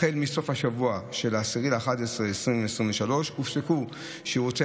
החל מסוף השבוע של 10 בנובמבר 2023 הופסקו שירותי